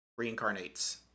reincarnates